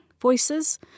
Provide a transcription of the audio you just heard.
voices